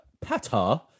Pata